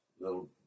little